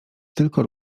tylko